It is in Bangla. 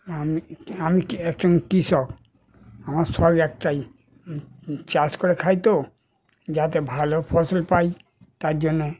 আমি আমি একজন কৃষক আমার সব একটাই চাষ করে খাই তো যাতে ভালো ফসল পাই তার জন্যে